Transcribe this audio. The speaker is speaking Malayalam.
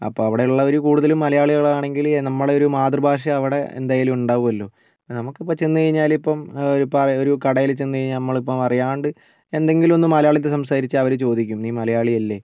അപ്പോൾ അവിടെ ഉള്ളവര് കൂടുതലും മലയാളികളാണെങ്കില് നമ്മളുടെ ഒരു മാതൃ ഭാഷ അവിടെ എന്തായാലും ഉണ്ടാകുമല്ലോ നമുക്ക് ഇപ്പോൾ ചെന്നുകഴിഞ്ഞാല് ഇപ്പോൾ ഒരു കടയില് ചെന്നുകഴിഞ്ഞാൽ അപ്പോൾ അറിയാതെ എന്തെങ്കിലുമൊന്ന് മലയാളത്തില് സംസാരിച്ചാൽ അവര് ചോദിക്കും നീ മലയാളി അല്ലെ